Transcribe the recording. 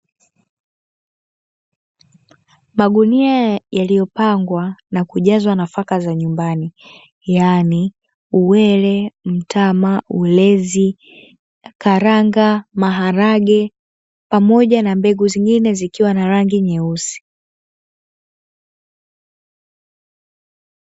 Magunia yaliyopangwa na kujazwa nafaka za nyumbani yani uwele, mtama, ulezi, karanga, maharage, pamoja na mbegu zingine zikiwa na rangi nyeusi.